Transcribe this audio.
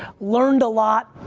learned a lot,